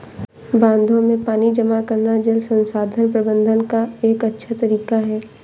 बांधों में पानी जमा करना जल संसाधन प्रबंधन का एक अच्छा तरीका है